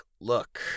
look